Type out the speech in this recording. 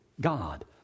God